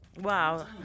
Wow